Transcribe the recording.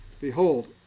Behold